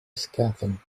scathing